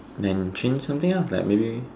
then change something else like maybe